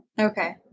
Okay